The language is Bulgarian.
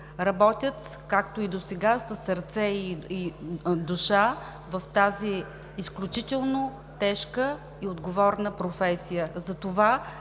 работят, както и досега, със сърце и душа в тази изключително тежка и отговорна професия. Затова